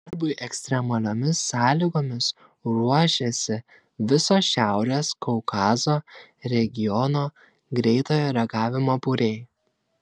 darbui ekstremaliomis sąlygomis ruošiasi viso šiaurės kaukazo regiono greitojo reagavimo būriai